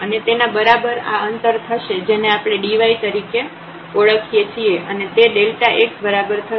અને તેના બરાબર આ અંતર થશે જેને આપણે dy તરીકે ઓળખીએ છીએ અને તે x બરાબર થશે